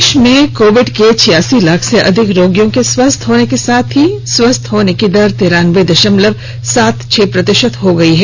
देश में कोविड के छियासी लाख से अधिक रोगियों के स्वस्थ होने के साथ ही स्वस्थ होने की दर तिरानबे दशमलव सात छह प्रतिशत हो गई है